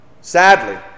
Sadly